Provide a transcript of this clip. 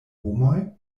homoj